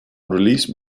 release